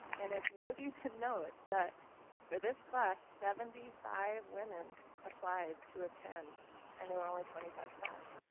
and it's worthy to note that for this class seventy five women applied to attend and there were only twenty five spots.